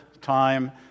time